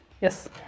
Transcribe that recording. Yes